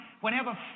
whenever